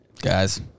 Guys